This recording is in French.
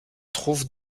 trouvent